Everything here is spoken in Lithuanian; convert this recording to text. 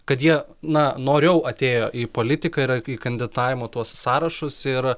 kad jie na noriau atėjo į politiką ir į kandidatavimo tuos sąrašus ir